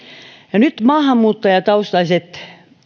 ja nyt maahanmuuttajataustaiset